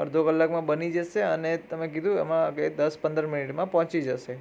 અડધો કલાકમાં બની જશે અને તમે કીધું એમાં કે દસ પંદર મિનિટમાં પહોંચી જશે